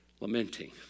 Lamenting